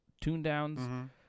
tune-downs